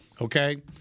okay